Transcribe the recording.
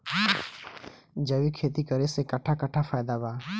जैविक खेती करे से कट्ठा कट्ठा फायदा बा?